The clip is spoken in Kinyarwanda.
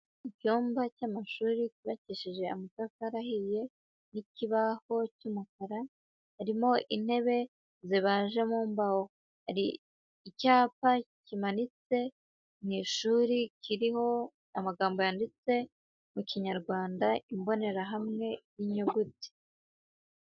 Iyumba cy'amashuri cyubakishije amatafari ahiye n'ikibaho cy'umukara, harimo intebe zibaje mu mbaho, hari icyapa kimanitse mu ishuri kiriho amagambo yanditse mu kinyarwanda, imbonerahamwe y'inyuguti.